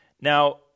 Now